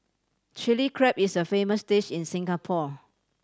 Chilli Crab is a famous dish in Singapore